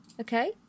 Okay